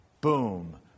Boom